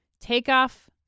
Takeoff